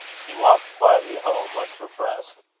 he walked quietly home, much refreshed.